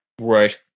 Right